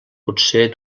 potser